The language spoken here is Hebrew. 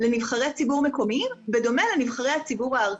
לנבחרי ציבור מקומיים בדומה לנבחרי הציבור הארציים.